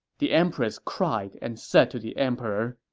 the empress cried and said to the emperor,